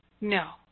No